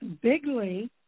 Bigley